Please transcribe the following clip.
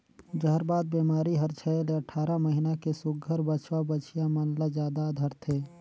जहरबाद बेमारी हर छै ले अठारह महीना के सुग्घर बछवा बछिया मन ल जादा धरथे